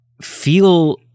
feel